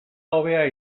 hobea